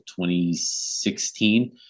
2016